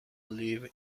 live